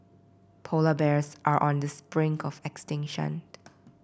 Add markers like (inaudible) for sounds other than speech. polar bears are on the (unintelligible) of extinction